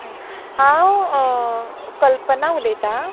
हांव कल्पना उलयता